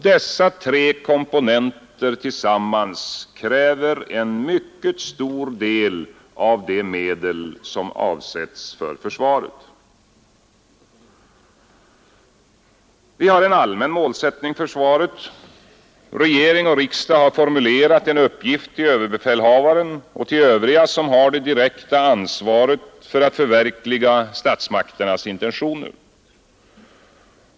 Dessa tre komponenter tillsammans kräver en mycket stor del av de medel som avsätts för försvaret. Vi har en allmän målsättning för försvaret. Regering och riksdag har formulerat en uppgift till överbefälhavaren och övriga som har det direkta ansvaret för att förverkliga statsmakternas intentioner.